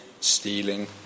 stealing